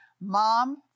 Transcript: Mom